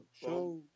show